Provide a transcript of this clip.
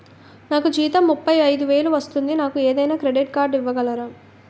నాకు జీతం ముప్పై ఐదు వేలు వస్తుంది నాకు ఏదైనా క్రెడిట్ కార్డ్ ఇవ్వగలరా?